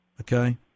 Okay